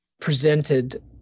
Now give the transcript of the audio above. presented